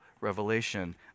revelation